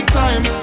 time